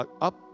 up